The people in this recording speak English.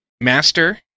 Master